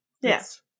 Yes